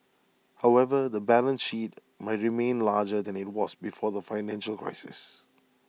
however the balance sheet might remain larger than IT was before the financial crisis